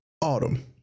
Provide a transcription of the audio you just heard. autumn